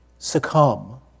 succumb